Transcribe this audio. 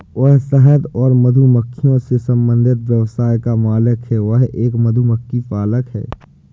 वह शहद और मधुमक्खियों से संबंधित व्यवसाय का मालिक है, वह एक मधुमक्खी पालक है